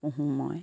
পোঁহো মই